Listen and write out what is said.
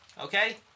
Okay